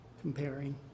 comparing